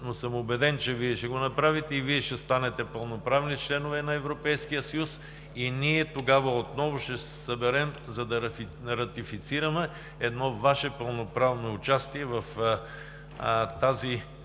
но съм убеден, че Вие ще го направите и ще станете пълноправни членове на Европейския съюз, и отново ще се съберем, за да ратифицираме Вашето пълноправно участие в тази